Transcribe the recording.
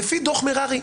לפי דוח מררי,